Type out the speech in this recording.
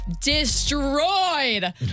destroyed